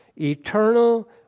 eternal